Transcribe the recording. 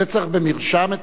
התרופה היא במרשם?